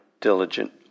diligent